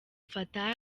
fattah